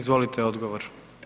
Izvolite, odgovor.